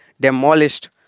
demolished